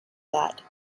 that